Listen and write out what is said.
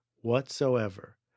whatsoever